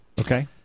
Okay